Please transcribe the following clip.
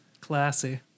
Classy